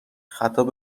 خطاب